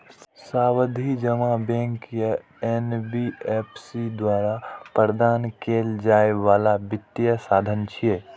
सावधि जमा बैंक या एन.बी.एफ.सी द्वारा प्रदान कैल जाइ बला वित्तीय साधन छियै